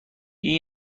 این